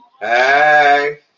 Hey